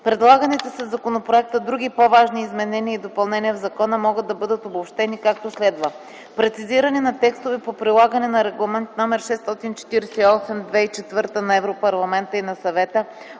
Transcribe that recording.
Предлаганите със законопроекта други по-важни изменения и допълнения в закона могат да бъдат обобщени, както следва: прецизиране на текстове по прилагане на Регламент № 648/2004 на Европейския парламент и на Съвета